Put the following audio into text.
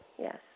Yes